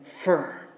firm